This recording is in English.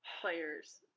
players